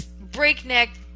breakneck